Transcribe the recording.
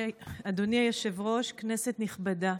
אדוני היושב-ראש, כנסת נכבדה,